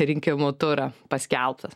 rinkimų turą paskelbtas